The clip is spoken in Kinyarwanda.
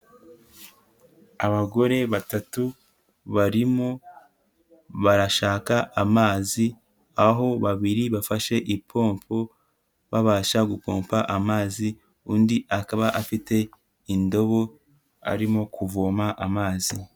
Abagore batatu barimo barashaka amazi aho babiri bafashe ipompo, babasha gukompa amazi undi akaba afite indobo arimo kuvoma amazi.